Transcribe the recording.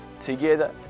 together